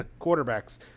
quarterbacks